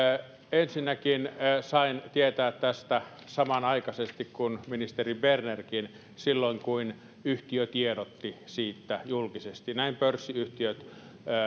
ensinnäkin sain tietää tästä samanaikaisesti kuin ministeri bernerkin silloin kun yhtiö tiedotti siitä julkisesti näin pörssiyhtiöt